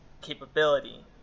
capability